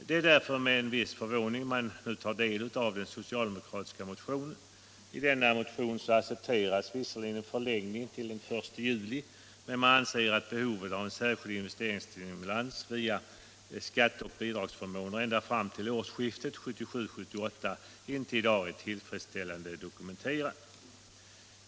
Det är därför med en viss förvåning man nu tar del av den socialdemokratiska motionen. I denna motion accepteras visserligen en förlängning till den 1 juli, men man har ansett att behovet av särskild investeringsstimulans via skatte och bidragsförmåner ända fram till årsskiftet 1977-1978 inte i dag är tillfredsställande dokumenterat.